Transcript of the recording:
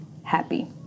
happy